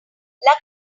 there